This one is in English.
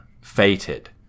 fated